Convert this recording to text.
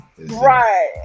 right